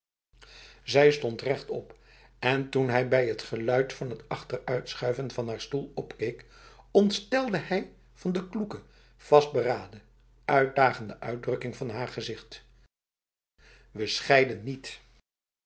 zij stond rechtop en toen hij bij het geluid van het achteruitschuiven van haar stoel opkeek ontstelde hij van de kloeke vastberaden uitdagende uitdrukking van haar gezicht wij scheiden niet